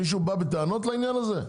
מישהו בא בטענות לעניין הזה?